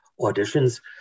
auditions